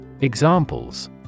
Examples